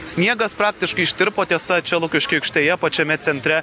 sniegas praktiškai ištirpo tiesa čia lukiškių aikštėje pačiame centre